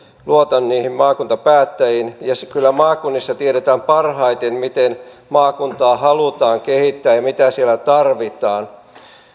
luotan niihin maakuntapäättäjiin ja kyllä maakunnissa tiedetään parhaiten miten maakuntaa halutaan kehittää ja ja mitä siellä tarvitaan